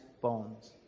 bones